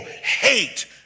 hate